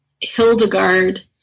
Hildegard